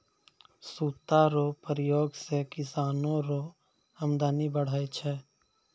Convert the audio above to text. सूता रो प्रयोग से किसानो रो अमदनी बढ़ै छै